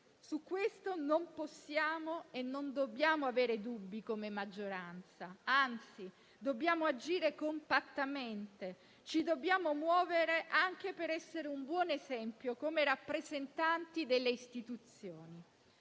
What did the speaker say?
Su questo non possiamo e non dobbiamo avere dubbi come maggioranza. Anzi, dobbiamo agire compattamente e muoverci anche per essere un buon esempio come rappresentanti delle Istituzioni.